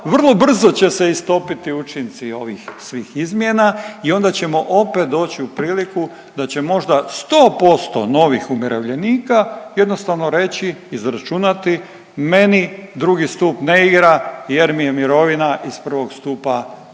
vrlo brzo će se istopiti učinci ovih svih izmjena i onda ćemo opet doći u priliku da će možda 100% novih umirovljenika jednostavno reći i izračunati meni II. stup ne igra jer mi je mirovina iz I. stupa puno,